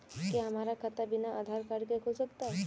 क्या हमारा खाता बिना आधार कार्ड के खुल सकता है?